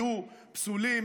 יהיו פסולים.